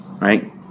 right